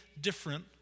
different